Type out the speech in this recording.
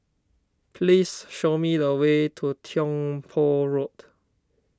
please show me the way to Tiong Poh Road